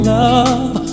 love